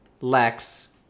Lex